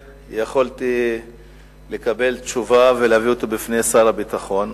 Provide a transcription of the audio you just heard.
יכולתי לקבל תשובה בנושא ולהביא זאת בפני שר הביטחון,